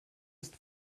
ist